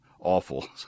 awful